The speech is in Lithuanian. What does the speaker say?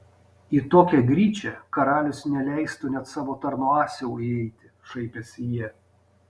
į tokią gryčią karalius neleistų net savo tarno asilui įeiti šaipėsi jie